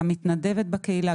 גם מתנדבת בקהילה,